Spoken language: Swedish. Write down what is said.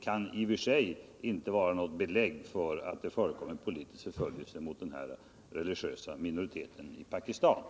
kan i och för sig inte vara något belägg för att det förekommer politisk förföljelse mot denna religiösa minoritet i Pakistan.